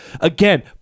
again –